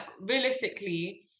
realistically